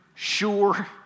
sure